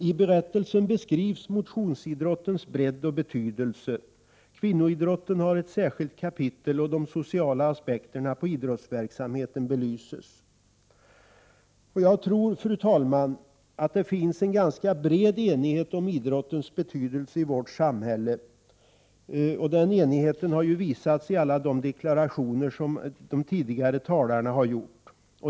I berättelsen beskrivs motionsidrottens bredd och betydelse. Kvinnoidrotten har ett särskilt kapitel och de sociala aspekterna på idrottsverksamheten belyses. Fru talman! Jag tror att det finns en ganska bred enighet om idrottens betydelse i vårt samhälle — en enighet som ju har visats i de deklarationer som tidigare talare har avgivit.